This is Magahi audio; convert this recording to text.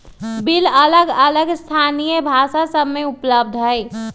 बिल अलग अलग स्थानीय भाषा सभ में उपलब्ध हइ